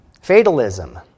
Fatalism